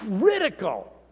critical